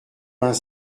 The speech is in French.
vingt